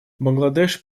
бангладеш